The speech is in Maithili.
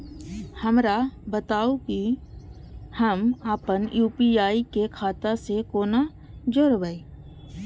हमरा बताबु की हम आपन यू.पी.आई के खाता से कोना जोरबै?